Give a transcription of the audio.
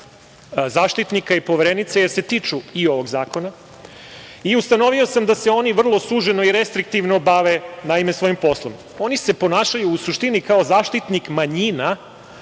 Zaštitnika i Poverenice, jer se tiču i ovog zakona i ustavio sam da se oni vrlo suženo i restriktivno bave naime svojim poslom. Oni se ponašaju u suštini kao zaštitnik manjina,